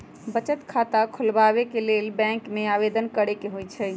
बचत खता खोलबाबे के लेल बैंक में आवेदन करेके होइ छइ